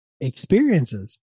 experiences